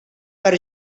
per